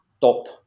top